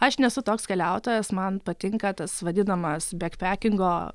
aš nesu toks keliautojas man patinka tas vadinamas bekpekingo